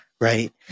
Right